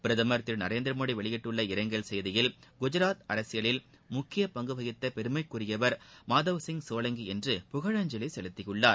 பிரதமர் திரு நரேந்திரமோடி வெளியிட்டுள்ள இரங்கல் செய்தியில் குஜாத் அரசியலில் முக்கிய பங்கு வகித்த பெருமைக்குரியவர் மாதவ்சிங் சோலங்கி என்று புகழஞ்சலி செலுத்தியுள்ளார்